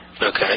Okay